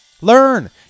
learn